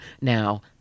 Now